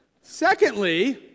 Secondly